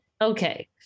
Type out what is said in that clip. okay